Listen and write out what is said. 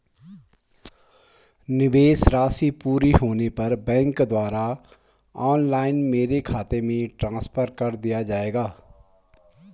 निवेश राशि पूरी होने पर बैंक द्वारा ऑनलाइन मेरे खाते में ट्रांसफर कर दिया जाएगा?